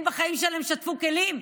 הם בחיים שלהם שטפו כלים?